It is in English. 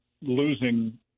losing